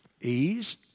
Ease